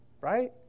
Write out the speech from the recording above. right